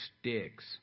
sticks